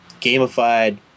gamified